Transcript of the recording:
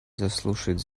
заслушает